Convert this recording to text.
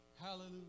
Hallelujah